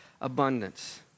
abundance